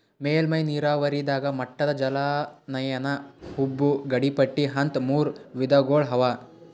ಮೇಲ್ಮೈ ನೀರಾವರಿದಾಗ ಮಟ್ಟದ ಜಲಾನಯನ ಉಬ್ಬು ಗಡಿಪಟ್ಟಿ ಅಂತ್ ಮೂರ್ ವಿಧಗೊಳ್ ಅವಾ